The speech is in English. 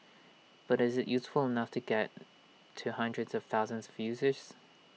but is IT useful enough to get to hundreds of thousands of users